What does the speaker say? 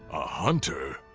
a hunter?